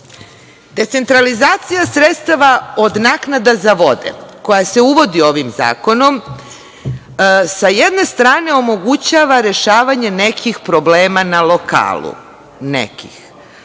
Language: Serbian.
pristup. Decentralizacija sredstava od naknada za vode, koja se uvodi ovim zakonom, sa jedne strane omogućava rešavanje nekih problema na lokalu.